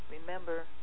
Remember